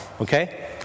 okay